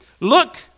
Look